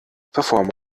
verformung